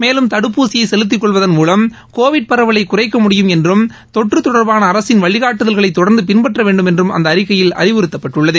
மேலும் தடுப்பூசியை செலுத்திக் கொள்வதன் மூலம் கோவிட் பரவலைக் குறைக்க முடியும் என்றும் தொற்று தொடர்பாள அரசின் வழிகாட்டுதல்களை தொடர்ந்து பின்பற்ற வேண்டுமென்றும் அந்த அறிக்கையில் அறிவுறுத்தப்பட்டுள்ளது